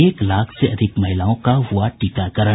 एक लाख से अधिक महिलाओं का हुआ टीकाकरण